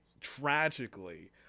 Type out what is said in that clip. tragically